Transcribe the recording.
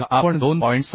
ज र आपण 2